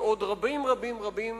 ועוד רבים רבים רבים,